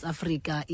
Africa